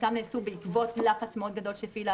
חלקם נעשו בעקבות לחץ מאוד גדול שהפעילה